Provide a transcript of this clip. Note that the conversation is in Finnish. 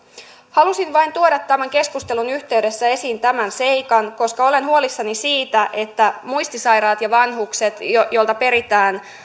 halusin vain tuoda tämän keskustelun yhteydessä esiin tämän seikan koska olen huolissani siitä että muistisairaat ja vanhukset joilta peritään